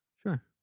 sure